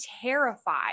terrified